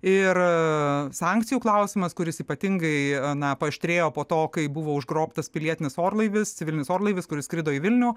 ir sankcijų klausimas kuris ypatingai na paaštrėjo po to kai buvo užgrobtas pilietinis orlaivis civilinis orlaivis kuris skrido į vilnių